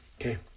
Okay